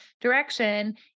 direction